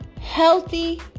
healthy